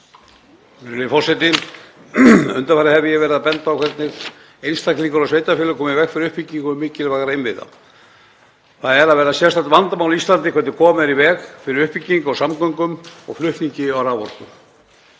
forseti. Undanfarið hef ég verið að benda á hvernig einstaklingar og sveitarfélög koma í veg fyrir uppbyggingu mikilvægra innviða. Það er að verða sérstakt vandamál á Íslandi hvernig komið er í veg fyrir uppbyggingu á samgöngum og flutning á raforku.